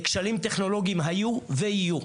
כשלים טכנולוגיים היו ויהיו.